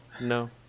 No